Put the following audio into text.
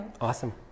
Awesome